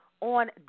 on